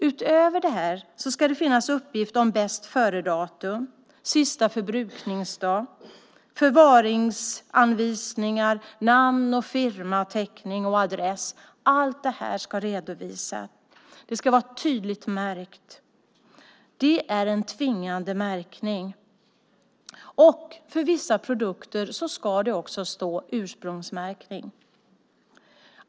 Utöver detta ska det finnas uppgift om bäst-före-datum, sista förbrukningsdag, förvaringsanvisningar, namn, firmabeteckning och adress. Allt detta ska redovisas. Det ska vara tydligt märkt. Det är en tvingande märkning. För vissa produkter ska det dessutom stå ursprungsmärkning.